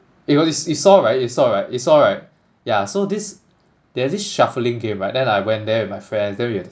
it was you saw right you saw right you saw right yeah so this there's this shuffling game right then I went there with my friends then we have